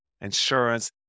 insurance